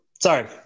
Sorry